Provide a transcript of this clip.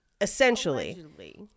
essentially